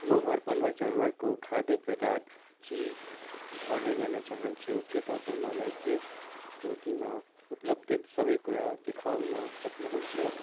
म घरपालुवा जनावरको खाद्य पदार्थ चिज अर्डर गर्न चाहन्छु के तपाईँ मलाई त्यस कोटीमा उपलब्धित सबै कुरा देखाउन सक्नुहुन्छ